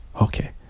Okay